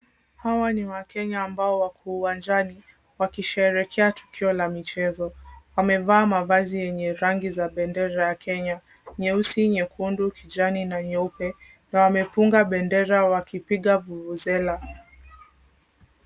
Hawa ni wakenya ambao wako uwanjani wakisherehekea tukio la michezo. Wamevaa mavazi yenye rangi za bendera ya Kenya, nyeusi, nyekundu, kijani na nyeupe na wamepunga bendera wakipiga vuvuzela.